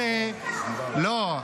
--- לא,